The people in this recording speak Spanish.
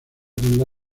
tendrá